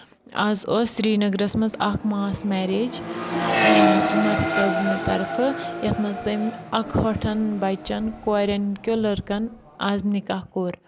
آز اوس سری نَگرَس منٛز اَکھ ماس میریج عمَر صٲب نہِ طرفہٕ یَتھ منٛز تٔمۍ اَکھ ہٲٹھن بَچَن کورؠن کیو لٔڑکَن آز نکاح کوٚر